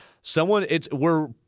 someone—it's—we're